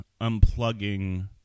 unplugging